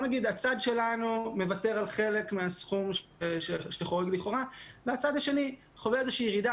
הצד שלנו מוותר על חלק מהסכום לכאורה והצד השני חווה גם איזו ירידה.